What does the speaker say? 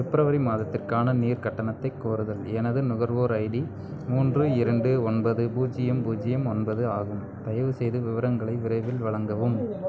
பிப்ரவரி மாதத்திற்கான நீர் கட்டணத்தை கோருதல் எனது நுகர்வோர் ஐடி மூன்று இரண்டு ஒன்பது பூஜ்ஜியம் பூஜ்ஜியம் ஒன்பது ஆகும் தயவுசெய்து விவரங்களை விரைவில் வழங்கவும்